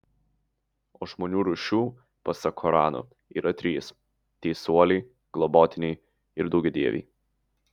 o žmonių rūšių pasak korano yra trys teisuoliai globotiniai ir daugiadieviai